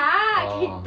orh